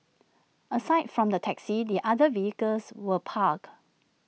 aside from the taxi the other vehicles were parked